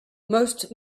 most